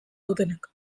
dutenak